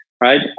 right